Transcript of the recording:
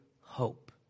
hope